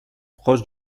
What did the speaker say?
proche